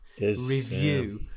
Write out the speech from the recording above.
review